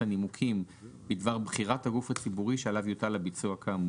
את הנימוקים בדבר בחירת הגוף הציבורי שעליו יוטל הביצוע כאמור,